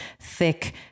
thick